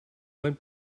went